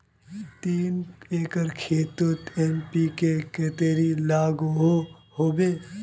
तीन एकर खेतोत एन.पी.के कतेरी लागोहो होबे?